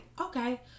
Okay